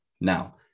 Now